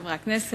חברי חברי הכנסת,